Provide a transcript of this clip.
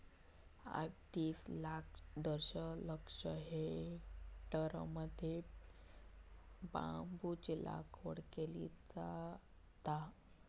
आज तीस लाख दशलक्ष हेक्टरमध्ये बांबूची लागवड केली जाता